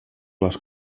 les